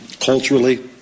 culturally